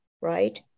right